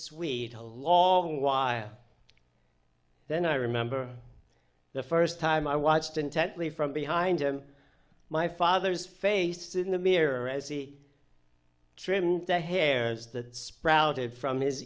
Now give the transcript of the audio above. sweet along why then i remember the first time i watched intently from behind him my father's face in the mirror as he trimmed the hairs that sprouted from his